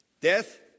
Death